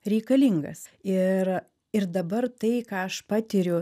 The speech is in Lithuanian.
reikalingas ir ir dabar tai ką aš patiriu